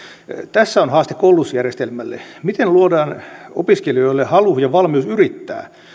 tässä on haaste koulutusjärjestelmälle miten luodaan opiskelijoille halu ja valmius yrittää